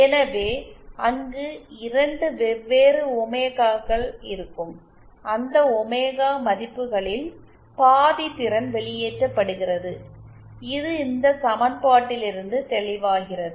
எனவே அங்கு 2 வெவ்வேறு ஒமேகாக்கள் இருக்கும் அந்த ஒமேகா மதிப்புகளில் பாதி திறன் வெளியேற்றப்படுகிறது இது இந்த சமன்பாட்டிலிருந்து தெளிவாகிறது